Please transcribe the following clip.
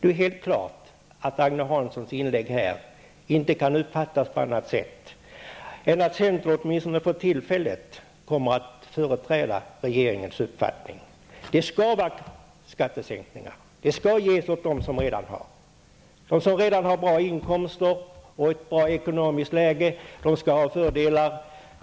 Det är helt klart att Agne Hanssons inlägg inte kan uppfattas på annat sätt än att centern åtminstone för tillfället kommer att företräda regeringens uppfattning. Det skall vara skattesänkningar, det skall ges åt dem som redan har. De som redan har bra inkomster och ett bra ekonomiskt läge skall ha fördelar.